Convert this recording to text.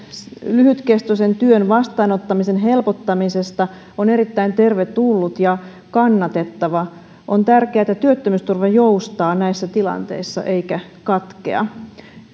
lyhytkestoisen työn vastaanottamisen helpottamisesta on erittäin tervetullut ja kannatettava on tärkeää että työttömyysturva joustaa näissä tilanteissa eikä katkea